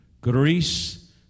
Greece